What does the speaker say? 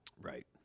Right